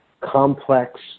complex